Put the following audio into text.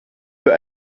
für